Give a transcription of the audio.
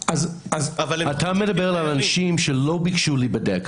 אתה מדבר על אנשים שלא ביקשו להיבדק,